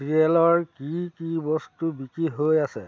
চিৰিয়েলৰ কি কি বস্তু বিক্ৰী হৈ আছে